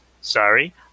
sorry